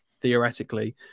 theoretically